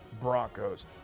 Broncos